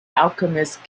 alchemist